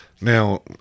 Now